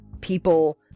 people